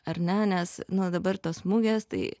ar ne nes nuo dabar tos mugės tai